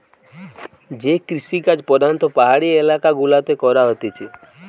যে কৃষিকাজ প্রধাণত পাহাড়ি এলাকা গুলাতে করা হতিছে